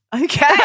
okay